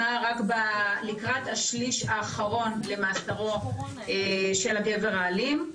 רק לקראת השליש האחרון למאסרו של הגבר האלים.